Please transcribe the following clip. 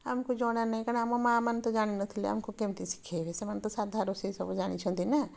ଆମକୁ ଜଣା ନାହିଁ କାରଣ ଆମ ମା' ମାନେ ତ ଜାଣି ନଥିଲେ ଆମକୁ କେମିତି ଶିଖେଇବେ ସେମାନେ ତ ସାଧା ରୋଷେଇ ସବୁ ଜାଣିଛନ୍ତି ନା